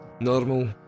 Normal